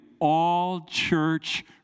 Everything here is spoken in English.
all-church